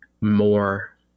more